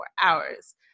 hours